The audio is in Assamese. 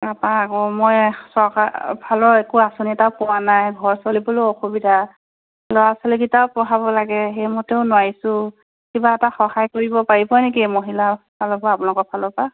তাৰপৰা আকৌ মই চৰকাৰ ফালৰ একো আঁচনি এটাও পোৱা নাই ঘৰ চলিবলৈও অসুবিধা ল'ৰা ছোৱালীকেইটাও পঢ়াব লাগে সেইমতেও নোৱাৰিছোঁ কিবা এটা সহায় কৰিব পাৰিব নেকি মহিলাৰ ফালৰ পৰা আপোনালোকৰ ফালৰ পৰা